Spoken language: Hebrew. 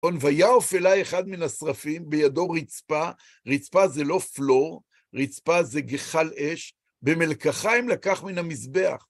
ויעף אלי אחד מן השרפים, בידו רצפה, רצפה זה לא פלור, רצפה זה גחל אש, במלקחיים לקח מן המזבח.